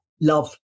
love